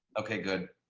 okay, good.